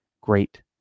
great